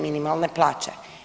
minimalne plaće.